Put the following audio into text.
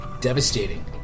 devastating